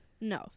No